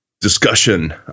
discussion